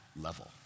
level